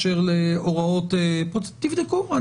תבדקו.